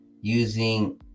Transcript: using